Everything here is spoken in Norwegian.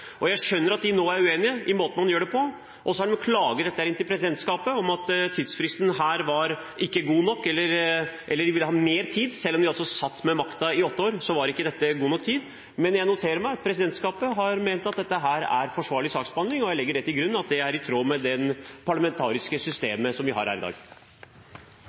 gjøre. Jeg skjønner at de nå er uenige i måten man gjør det på, for de har klaget dette inn for presidentskapet – at tidsfristen ikke var god nok, at de ville ha mer tid. Selv om de altså satt med makten i åtte år, var ikke dette god nok tid. Men jeg noterer meg at presidentskapet har ment at dette er forsvarlig saksbehandling, og jeg legger til grunn at det er i tråd med det parlamentariske systemet som vi har i dag.